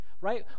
Right